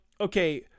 okay